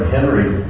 Henry